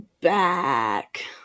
back